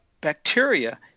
bacteria